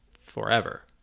Forever